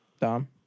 Dom